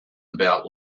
about